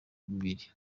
bibiri